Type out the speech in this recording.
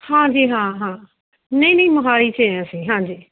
ਹਾਂਜੀ ਹਾਂ ਹਾਂ ਨਹੀਂ ਨਹੀਂ ਮੋਹਾਲੀ 'ਚ ਏ ਹਾਂ ਅਸੀਂ ਹਾਂਜੀ